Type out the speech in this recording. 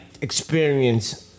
experience